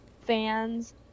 fans